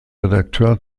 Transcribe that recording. redakteur